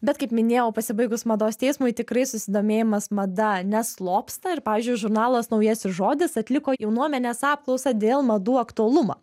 bet kaip minėjau pasibaigus mados teismui tikrai susidomėjimas mada neslopsta ir pavyzdžiui žurnalas naujasis žodis atliko jaunuomenės apklausą dėl madų aktualumo